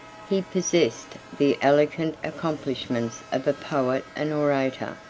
he possessed the elegant accomplishments of a poet and orator,